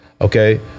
Okay